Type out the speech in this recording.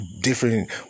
different